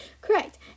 Correct